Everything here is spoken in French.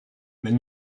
mais